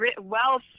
wealth